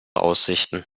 aussichten